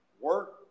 work